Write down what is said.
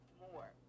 more